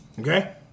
Okay